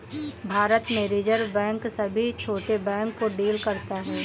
भारत में reserve bank सभी छोटे बैंक को डील करता है